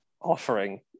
offering